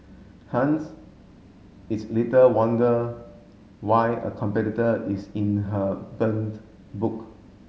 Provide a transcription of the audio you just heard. hence it's little wonder why a competitor is in her burned book